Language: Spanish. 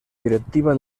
directiva